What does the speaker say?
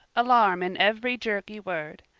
alarm in every jerky word.